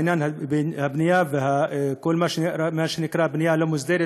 עניין הבנייה וכל מה שנקרא בנייה לא מוסדרת